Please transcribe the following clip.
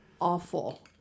awful